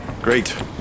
Great